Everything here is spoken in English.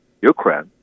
Ukraine